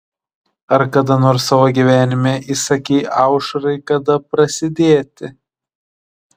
ar kada nors savo gyvenime įsakei aušrai kada prasidėti